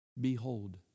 Behold